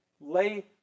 lay